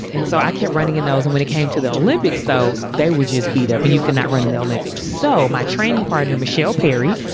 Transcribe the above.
so i kept running in those. and when it came to the olympics, though, they would just beat up and you could not run in the olympics. so my training partner, michelle perry,